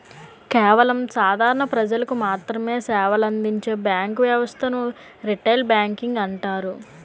కేవలం సాధారణ ప్రజలకు మాత్రమె సేవలందించే బ్యాంకు వ్యవస్థను రిటైల్ బ్యాంకింగ్ అంటారు